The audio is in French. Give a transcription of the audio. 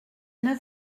neuf